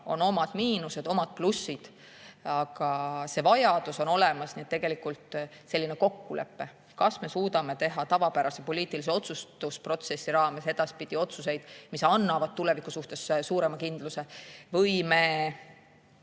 on omad miinused, omad plussid. Aga see vajadus on olemas. Nii et selline kokkulepe, kas me suudame teha tavapärase poliitilise otsustusprotsessi raames edaspidi otsuseid, mis annavad tuleviku suhtes suurema kindluse, või me